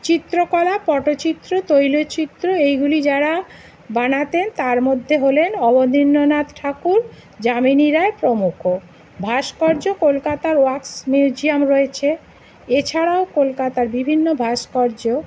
চিত্রকলা পটচিত্র তৈল চিত্র এইগুলি যারা বানাতেন তার মধ্যে হলেন অবনীন্দ্রনাথ ঠাকুর যামিনী রায় প্রমুখ ভাস্কর্য কলকাতার ওয়াক্স মিউজিয়াম রয়েছে এছাড়াও কলকাতার বিভিন্ন ভাস্কর্য